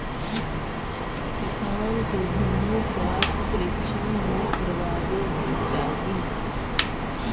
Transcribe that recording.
किसान के भूमि स्वास्थ्य परीक्षण भी करवावे के चाहि